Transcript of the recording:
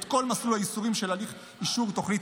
את כל מסלול הייסורים של הליך אישור תוכנית